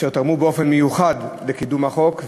אשר תרמו באופן מיוחד לקידום מיוחד.